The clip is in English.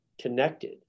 connected